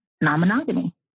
non-monogamy